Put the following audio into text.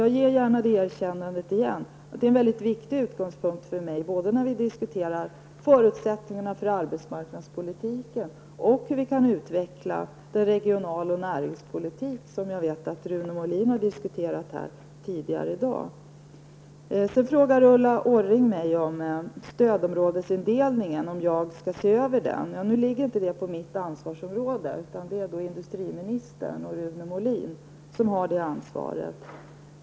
Jag ger gärna det erkännandet igen. Det är en mycket viktig utgångspunkt för mig i diskussionerna om förutsättningarna för arbetsmarknadspolitiken och om hur vi kan utveckla den regionalpolitik och näringspolitik som Rune Molin tog upp här tidigare i dag. Vidare frågade Ulla Orring om jag skall se över stödområdesindelningen. Men denna fråga tillhör inte mitt ansvarsområde, utan det är industriminister Rune Molin som har det ansvaret.